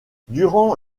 durant